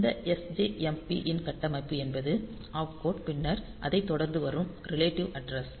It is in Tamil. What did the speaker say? இந்த sjmp ன் கட்டமைப்பு என்பது ஆப்கோட் பின்னர் அதைத் தொடர்ந்து வரும் ரிலேட்டிவ் அட்ரஸ்